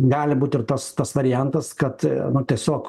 gali būt ir tas tas variantas kad nu tiesiog